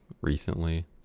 recently